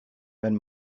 wenn